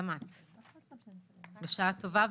בשעה טובה,